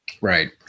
Right